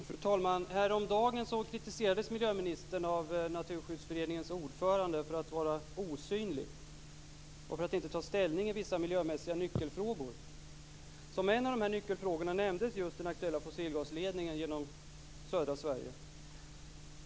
Fru talman! Häromdagen kritiserades miljöministern av Naturskyddsföreningens ordförande för att vara osynlig och för att inte ta ställning i vissa miljömässiga nyckelfrågor. Som en av de här nyckelfrågorna nämndes just den aktuella fossilgasledningen genom södra Sverige.